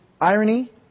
irony